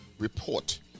report